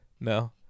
No